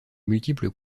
multiples